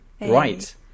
Right